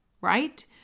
Right